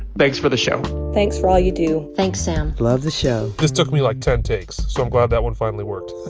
thanks for the show thanks for all you do thanks, sam love the show this took me, like, ten takes, so i'm glad that one finally worked.